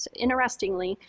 interestingly,